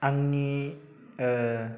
आंनि